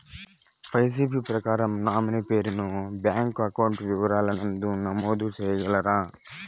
KYC ప్రకారం nominee పేరు ను బ్యాంకు అకౌంట్ వివరాల నందు నమోదు సేయగలరా?